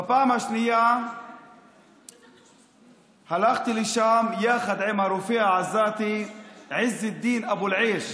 בפעם השנייה הלכתי לשם יחד עם הרופא העזתי עז א-דין אבו אל-עייש,